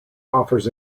offers